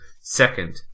Second